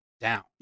down